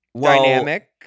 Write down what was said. Dynamic